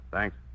Thanks